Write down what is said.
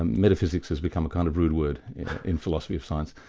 ah metaphysics has become a kind of rude word in philosophy of science.